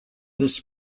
this